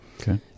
Okay